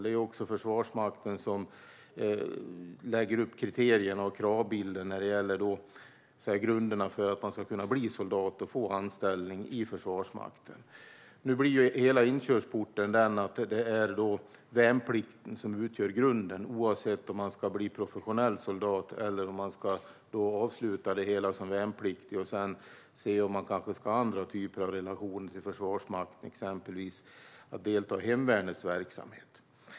Det är också Försvarsmakten som lägger upp kriterierna och kravbilden när det gäller grunderna för att kunna bli soldat och få anställning i Försvarsmakten. Nu blir hela inkörsporten den att det är värnplikten som utgör grunden, oavsett om man ska bli professionell soldat eller avsluta det hela som värnpliktig och sedan se om man ska ha andra typer av relationer till Försvarsmakten, exempelvis att delta i hemvärnets verksamhet.